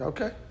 Okay